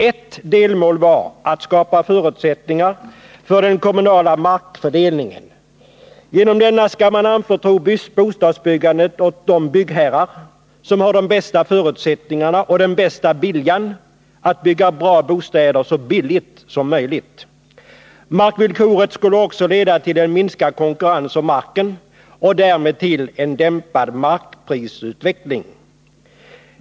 Ett delmål var att skapa förutsättningar för den kommunala markfördelningen. Genom denna skall man anförtro bostadsbyggandet åt de byggherrar som har de bästa förutsättningarna och den bästa viljan att bygga bra bostäder så billigt som möjligt. Markvillkoret skulle också leda till en minskad konkurrens om marken och därmed till en dämpad markprisutveckling.